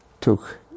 took